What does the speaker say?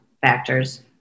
factors